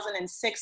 2006